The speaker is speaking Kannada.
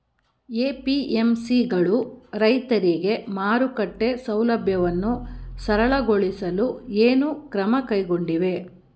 ಎ.ಪಿ.ಎಂ.ಸಿ ಗಳು ರೈತರಿಗೆ ಮಾರುಕಟ್ಟೆ ಸೌಲಭ್ಯವನ್ನು ಸರಳಗೊಳಿಸಲು ಏನು ಕ್ರಮ ಕೈಗೊಂಡಿವೆ?